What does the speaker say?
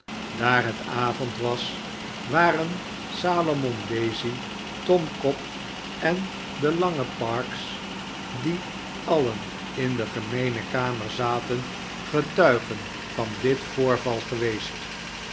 daar het avond was waren salamon daisy tom cobb en de lange parkes die alien in de gemeene kamer zaten getuigen van dit voorval geweest